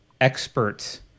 experts